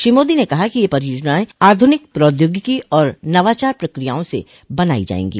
श्री मोदी ने कहा कि ये परियोजनाएं आधुनिक प्रौद्योगिकी और नवाचार प्रक्रियाओं से बनाई जाएंगी